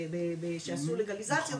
שעשו לגליזציה,